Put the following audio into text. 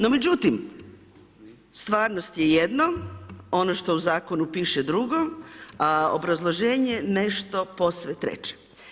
No međutim, stvarnost je jedno, ono što u zakonu piše drugo, a obrazloženje nešto posve treće.